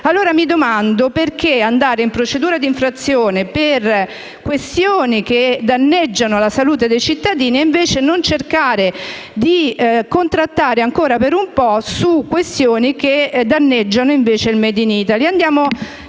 allora: perché andare in procedura di infrazione su questioni che danneggiano la salute dei cittadini e invece non cercare di contrattare ancora per un po' su questioni che danneggiano il *made in Italy*?